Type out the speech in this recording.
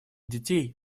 детей